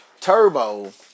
Turbo